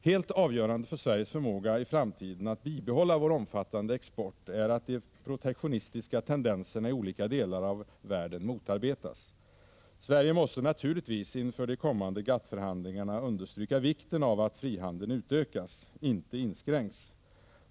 Helt avgörande för Sveriges förmåga att i framtiden bibehålla sin omfattande export är att de protektionistiska tendenserna i olika delar av världen motarbetas. Sverige måste naturligtvis inför de kommande GATT förhandlingarna understryka vikten av att frihandeln utökas, inte inskränks.